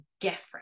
different